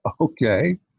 Okay